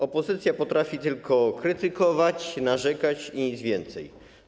Opozycja potrafi tylko krytykować, narzekać i nic więcej.